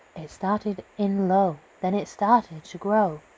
it started in low, then it started to grow.